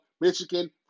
Michigan